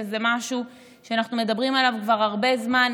שזה משהו שאנחנו מדברים עליו כבר הרבה זמן,